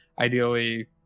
ideally